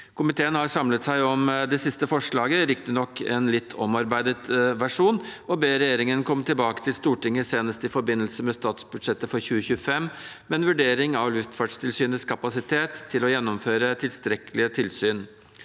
Komiteen har samlet seg om det siste forslaget, riktig nok en litt omarbeidet versjon, og ber regjeringen komme tilbake til Stortinget senest i forbindelse med statsbudsjettet for 2025 med en vurdering av Luftfartstilsynets kapasitet til å gjennomføre tilstrekkelige tilsyn.